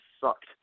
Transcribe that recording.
sucked